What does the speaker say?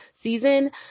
season